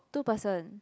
two person